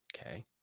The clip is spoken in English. Okay